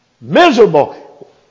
Miserable